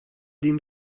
din